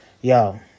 Yo